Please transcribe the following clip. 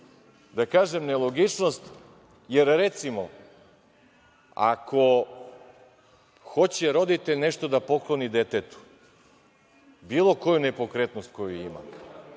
da kažem nelogičnost, jer ako hoće roditelj nešto da pokloni detetu, bilo koju nepokretnost koju ima,